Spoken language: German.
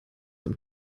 dem